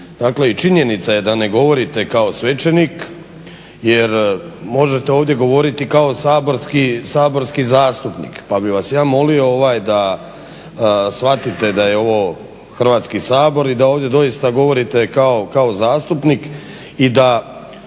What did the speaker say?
činjenica je da ne govorite kao svećenik jer možete ovdje govoriti kao saborski zastupnik, pa bi vas ja molim, ovaj da, shvatite da je ovo Hrvatski sabor i da ovdje doista govorite kao zastupnik i da